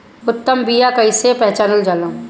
उत्तम बीया कईसे पहचानल जाला?